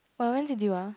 oh when's it due ah